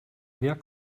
wer